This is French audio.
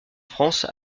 france